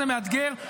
זה מאתגר,